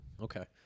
Okay